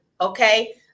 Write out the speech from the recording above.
okay